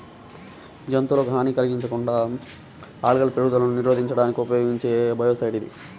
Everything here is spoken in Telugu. జంతువులకు హాని కలిగించకుండా ఆల్గల్ పెరుగుదలను నిరోధించడానికి ఉపయోగించే బయోసైడ్ ఇది